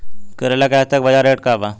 करेला के आजकल बजार रेट का बा?